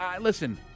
listen